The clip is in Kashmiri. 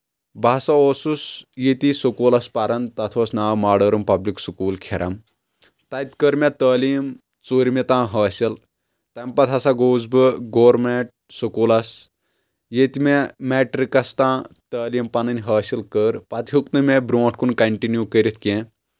بہٕ ہسا اوسُس ییٚتی سکوٗلس پران تتھ اوس ناو ماڈٲرٕن پبلِک سکوٗل کھِرم تَتہِ کٔر مےٚ تعلیٖم ژوٗرِمہِ تام حٲصِل تمہِ پتہٕ ہسا گوس بہٕ گورمینٹ سکوٗلس ییٚتہِ مےٚ میٹرکس تام تعلیٖم پنٕنۍ حٲصِل کٔر پتہٕ ہیٚوکھ نہٕ مےٚ برونٛٹھ کُن کنٹنیو کٔرِتھ کینٛہہ